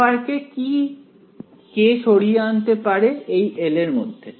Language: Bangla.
f কে কি সরিয়ে আনতে পারে এই L এর মধ্যে